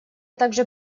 также